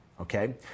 okay